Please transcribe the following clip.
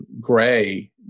Gray